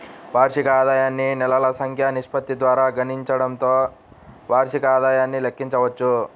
వార్షిక ఆదాయాన్ని నెలల సంఖ్య నిష్పత్తి ద్వారా గుణించడంతో వార్షిక ఆదాయాన్ని లెక్కించవచ్చు